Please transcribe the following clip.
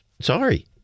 sorry